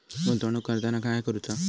गुंतवणूक करताना काय करुचा?